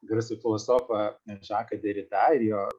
garsų filosofą žaką derida ir jo